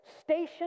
Station